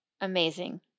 amazing